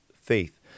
faith